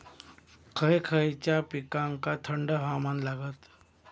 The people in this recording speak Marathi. खय खयच्या पिकांका थंड हवामान लागतं?